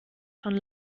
schon